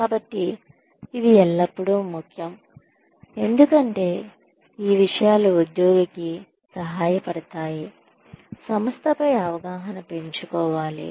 కాబట్టి ఇది ఎల్లప్పుడూ ముఖ్యం ఎందుకంటే ఈ విషయాలు ఉద్యోగికి సహాయపడతాయి సంస్థపై అవగాహన పెంచుకోవాలి